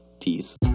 Peace